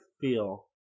feel